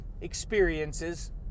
experiences